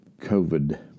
COVID